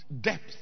depth